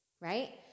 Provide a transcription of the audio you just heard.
right